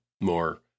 more